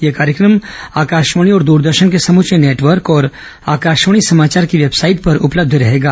यह कार्यक्रम आकाशवाणी और द्रदर्शन के समूचे नेटवर्क और आकाशवाणी समाचार की वेबसाइट पर उपलब्ध रहेगा